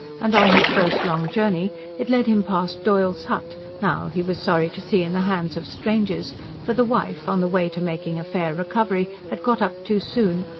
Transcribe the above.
and on his first long journey it led him past doyle's hut, now, he was sorry to see, in the hands of strangers for the wife, on the way to making a fair recovery, had got up too soon,